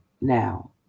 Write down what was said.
now